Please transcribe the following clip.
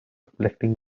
reflecting